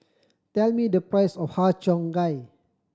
tell me the price of Har Cheong Gai